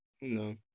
No